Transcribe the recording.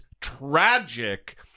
tragic